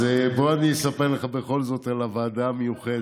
אז בוא אני אספר לך בכל זאת על הוועדה המיוחדת,